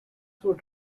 would